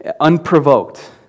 unprovoked